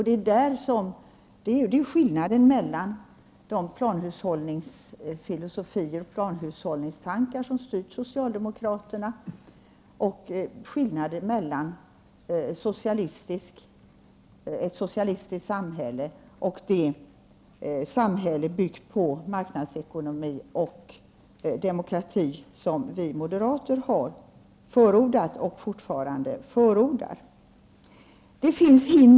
Det är skillnaden mellan de planhushållningsfilosofier och tankar på ett socialistiskt samhälle, som har styrt socialdemokraterna, och de tankar på ett samhälle byggt på marknadsekonomi och demokrati, som vi moderater har förordat och fortfarande förordar.